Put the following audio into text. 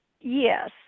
Yes